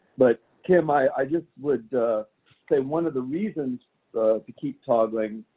but kim, i i just would say one of the reasons to keep toggling